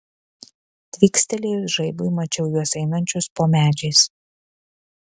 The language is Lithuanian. tvykstelėjus žaibui mačiau juos einančius po medžiais